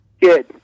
Good